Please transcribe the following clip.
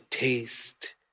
Taste